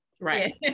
right